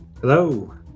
Hello